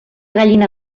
gallina